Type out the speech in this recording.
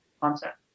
concept